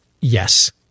yes